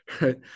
right